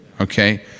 Okay